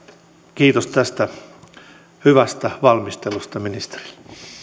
kiitos tästä hyvästä valmistelusta ministerille